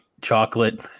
chocolate